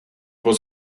was